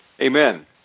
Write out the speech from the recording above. Amen